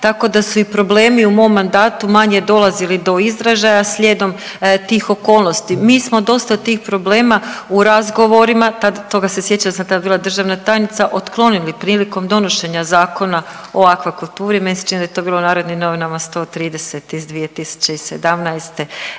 tako da su i problemi u mom mandatu manje dolazili do izražaja slijedom tih okolnosti. Mi smo dosta tih problema u razgovorima tad, toga se sjećam jer sam tad bila državna tajnica, otklonili prilikom donošenja Zakona o akvakulturi, meni se čini da je to bilo u Narodnim Novinama 130 iz 2017.g.